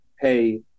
pay